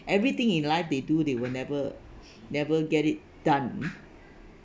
everything in life they do they will never never get it done